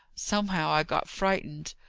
somehow i got frightened.